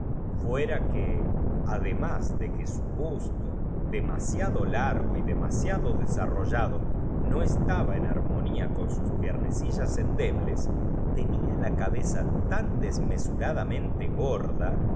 fuera que además de que su bus j to demasiado largo y demasiado desarrohade no estabá en armonía con sus piel'u t e r t o necillas endebles tenía la cabeza tan desmesuradamente gorda que